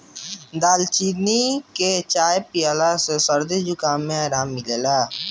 दालचीनी के चाय पियला से सरदी जुखाम में आराम मिलेला